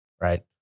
Right